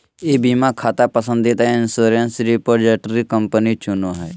ई बीमा खाता पसंदीदा इंश्योरेंस रिपोजिटरी कंपनी चुनो हइ